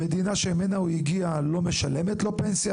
המדינה שממנה הוא הגיע לא משלמת לו פנסיה,